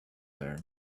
there